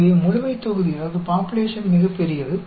எனவே முழுமைத்தொகுதி மிகப்பெரியது